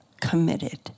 committed